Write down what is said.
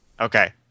Okay